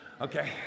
Okay